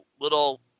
little